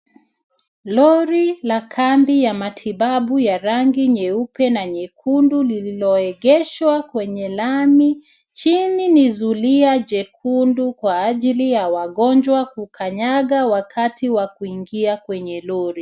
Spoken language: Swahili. Lori la kambi ya matibabu ya rangi nyeupe na nyekundu lililoegeshwa kwenye lami. Chini ni zulia jekundu kwa ajili ya wagonjwa kukanyaga wakati wa kuingia kwenye lori.